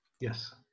Yes